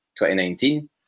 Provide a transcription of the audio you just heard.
2019